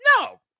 No